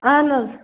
اہن حظ